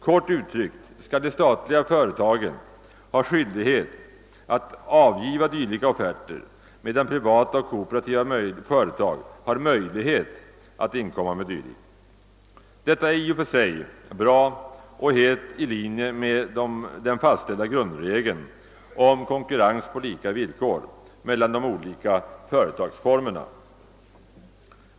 Kort uttryckt skall de statliga företagen ha skyldighet att avgiva dylika offerter medan privata och kooperativa företag har möjlighet att inkomma med dylika. Detta är i och för sig bra och helt i linje med den fastställda grundregeln om konkurrens på lika villkor mellan de olika företagsformerna.